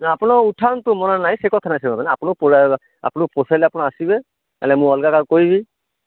ନା ଆପଣ ଉଠାନ୍ତୁ ମନା ନାହିଁ ସେ କଥା ନାହିଁ ସେ କଥା ନାହିଁ ଆପଣଙ୍କୁ ପୁଳାଇ ଆପଣଙ୍କୁ ପୁଷେଇଲେ ଆପଣ ଆସିବେ ହେଲେ ଅଲଗା କାହାକୁ କହିବି